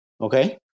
Okay